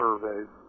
surveys